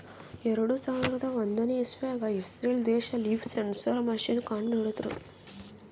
ಎರಡು ಸಾವಿರದ್ ಒಂದನೇ ಇಸವ್ಯಾಗ್ ಇಸ್ರೇಲ್ ದೇಶ್ ಲೀಫ್ ಸೆನ್ಸರ್ ಮಷೀನ್ ಕಂಡು ಹಿಡದ್ರ